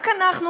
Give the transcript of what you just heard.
רק אנחנו,